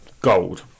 gold